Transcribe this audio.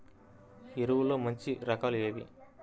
ఎరువుల్లో మంచి రకాలు ఏవి?